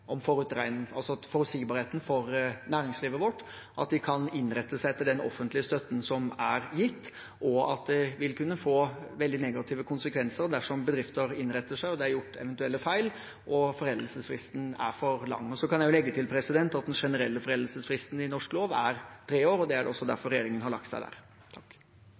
forutsigbarheten for næringslivet vårt – at de kan innrette seg etter den offentlige støtten som er gitt, og at det vil kunne få veldig negative konsekvenser dersom bedrifter innretter seg og det er gjort eventuelle feil, og foreldelsesfristen er for lang. Jeg kan legge til at den generelle foreldelsesfristen i norsk lov er tre år. Det er også derfor regjeringen har lagt seg der.